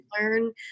learn